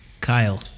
Kyle